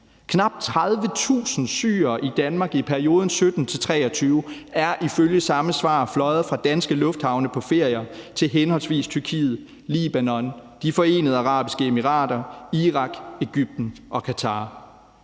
Knap 30.000 syrere i Danmark i perioden 2017-2023 er ifølge samme svar fløjet fra danske lufthavne på ferie til henholdsvis Tyrkiet, Libanon, De Forenede Arabiske Emirater, Irak, Egypten og Qatar.